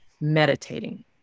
meditating